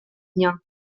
дня